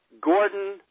Gordon